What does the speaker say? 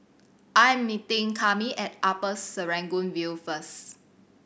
I'm meeting Cami at Upper Serangoon View first